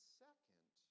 second